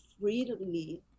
freely